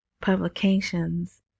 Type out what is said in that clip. publications